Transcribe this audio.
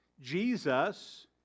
Jesus